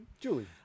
julie